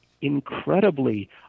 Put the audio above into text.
incredibly